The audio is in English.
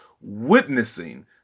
witnessing